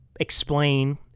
explain